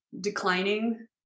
declining